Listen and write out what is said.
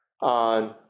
on